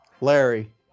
Larry